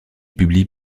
publie